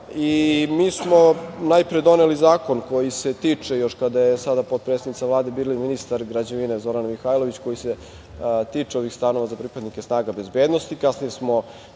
smo najpre doneli zakon koji se tiče, još kada je sada potpredsednica Vlade bila i ministar građevine, Zorana Mihajlović, ovih stanova za pripadnike snaga bezbednosti.